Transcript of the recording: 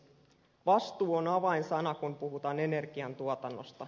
vastuu on avainsana kun puhutaan energiantuotannosta